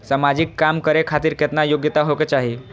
समाजिक काम करें खातिर केतना योग्यता होके चाही?